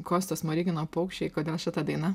kosto smorigino paukščiai kodėl šita daina